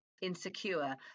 insecure